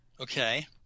Okay